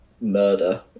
murder